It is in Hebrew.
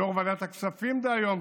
יו"ר ועדת הכספים דהיום,